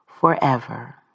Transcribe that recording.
forever